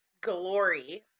glory